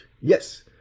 yes